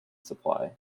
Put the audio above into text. supply